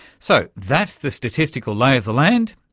so, that's the statistical lay of the land,